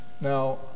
now